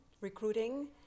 recruiting